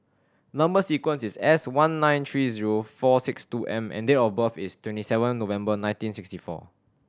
number sequence is S one nine three zero four six two M and date of birth is twenty seven November nineteen sixty four